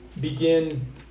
Begin